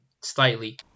slightly